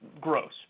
gross